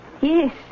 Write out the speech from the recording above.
yes